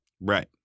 Right